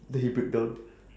then he break down